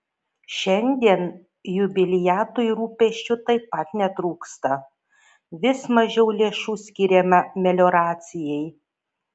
šiandien jubiliatui rūpesčių taip pat netrūksta vis mažiau lėšų skiriama melioracijai